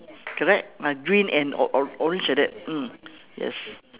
correct ah green and or~ or~ orange like that mm yes